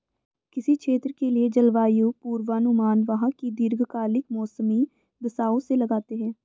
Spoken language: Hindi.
किसी क्षेत्र के लिए जलवायु पूर्वानुमान वहां की दीर्घकालिक मौसमी दशाओं से लगाते हैं